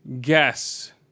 Guess